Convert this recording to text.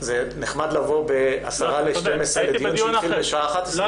זה נחמד לבוא ב-11:50 לדיון שהתחיל בשעה 12:00. אתה צודק.